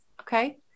Okay